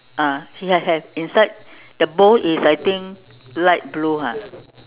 ah ya have inside the bowl is I think light blue ha